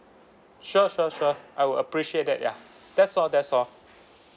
sure sure sure I will appreciate that ya that's all that's all